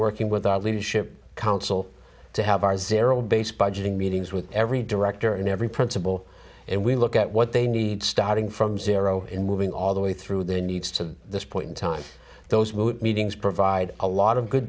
working with our leadership council to have our zero based budgeting meetings with every director and every principal and we look at what they need starting from zero in moving all the way through the needs to this point in time those meetings provide a lot of good